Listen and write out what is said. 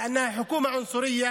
אנחנו, הערבים בנגב היום,